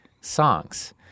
songs